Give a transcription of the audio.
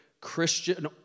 Christian